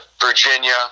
Virginia